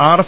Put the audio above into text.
RS